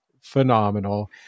phenomenal